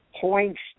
points